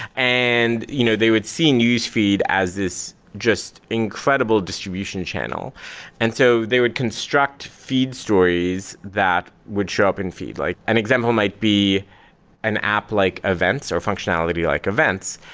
and you know they would see newsfeed as this just incredible distribution um and so they would construct feed stories that would show up in feed. like an example might be an app like events, or functionality like events.